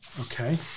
Okay